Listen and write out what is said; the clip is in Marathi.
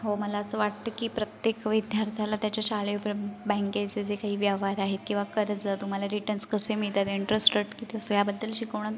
हो मला असं वाटतं की प्रत्येक विद्यार्थ्याला त्याच्या शाळेत बँकेचे जे काही व्यवहार आहेत किवा कर्ज तुम्हाला रिटर्न्स कसे मिळतात इंटरेस्ट रेट किती असतो या बद्दल शिकवणं